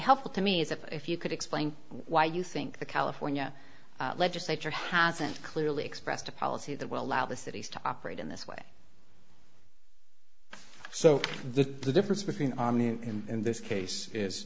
helpful to me is if you could explain why you think the california legislature hasn't clearly expressed a policy that will allow the cities to operate in this way so that the difference between army and this case is